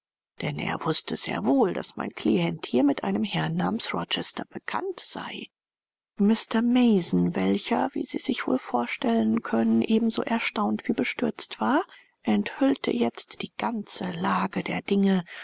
denn er wußte sehr wohl daß mein klient hier mit einem herrn namens rochester bekannt sei mr mason welcher wie sie sich wohl vorstellen können ebenso erstaunt wie bestürzt war enthüllte jetzt die ganze lage der dinge